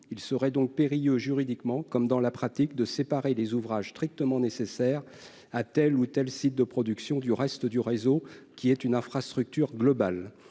Il serait donc périlleux, juridiquement comme dans la pratique, de séparer les ouvrages strictement nécessaires à tel ou tel site de production du reste du réseau, qui est une infrastructure globale.